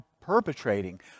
perpetrating